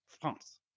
France